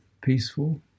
peaceful